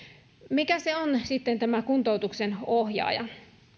mikä se on sitten tämä kuntoutuksen ohjaaja